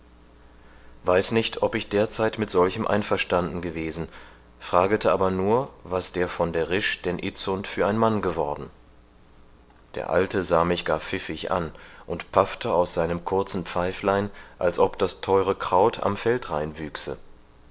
weiß nicht ob ich derzeit mit solchem einverstanden gewesen fragete aber nur was der von der risch denn itzund für ein mann geworden der alte sah mich gar pfiffig an und paffte aus seinem kurzen pfeiflein als ob das theure kraut am feldrain wüchse